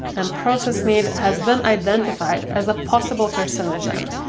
and processed meat has been identified as a possible carcinogen,